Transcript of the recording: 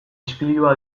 ispilua